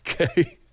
Okay